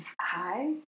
Hi